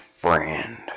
friend